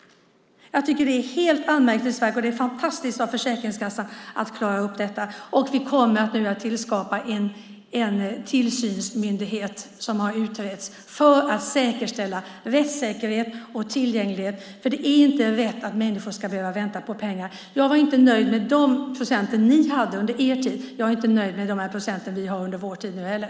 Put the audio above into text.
Jag tycker att det är helt anmärkningsvärt. Det är fantastiskt av Försäkringskassan att klara upp detta. Vi kommer nu att skapa en tillsynsmyndighet, som har utretts, för att säkerställa rättssäkerhet och tillgänglighet. Det är inte rätt att människor ska behöva vänta på pengar. Jag var inte nöjd med de procent ni hade under er tid. Jag är inte nöjd med de procent vi har under vår tid heller.